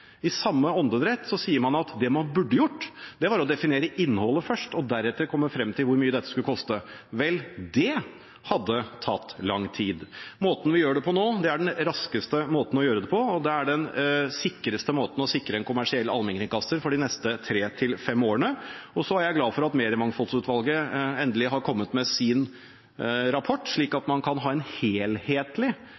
I samme åndedrett sier man at det man burde ha gjort, var å definere innholdet først og deretter komme frem til hvor mye dette skulle koste. Vel – det hadde tatt lang tid. Måten vi gjør det på nå, er den raskeste måten å gjøre det på, og det er den sikreste måten å sikre en kommersiell allmennkringkaster på for de neste tre–fem årene. Så er jeg glad for at Mediemangfoldsutvalget endelig har kommet med sin rapport, slik at